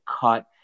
cut